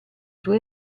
due